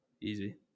Easy